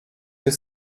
que